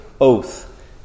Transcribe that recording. oath